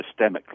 systemically